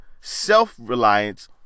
self-reliance